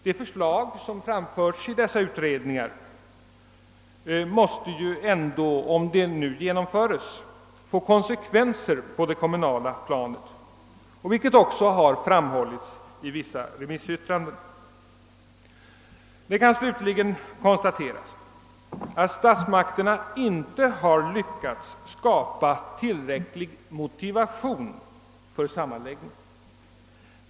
Det förslag som framlägges i denna utredning måste ju ändå, om det nu genomförs, få konsekvenser på det kommunala planet, vilket också har framhållits i vissa remissyttranden. Det kan slutligen konstateras att statsmakterna inte har lyckats skapa tillräcklig motivation för sammanläggning.